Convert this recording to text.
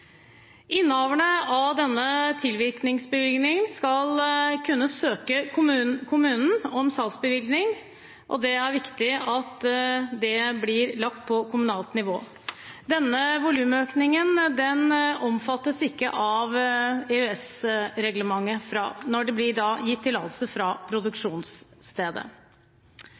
Innehaverne av denne tilvirkningsbevillingen skal kunne søke kommunen om salgsbevilling, og det er viktig at det blir lagt på kommunalt nivå. Denne volumøkningen omfattes ikke av EØS-reglementet når det blir gitt tillatelse fra produksjonsstedet.